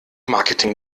marketing